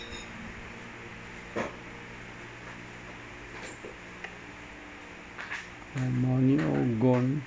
my money all gone